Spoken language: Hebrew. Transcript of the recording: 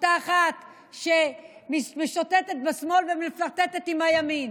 אותה אחת שמשוטטת בשמאל ומפלרטטת עם הימין,